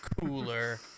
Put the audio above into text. cooler